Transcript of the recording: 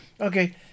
Okay